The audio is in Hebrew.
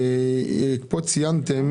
כאן ציינתם